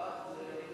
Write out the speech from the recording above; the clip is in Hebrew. בעד זה,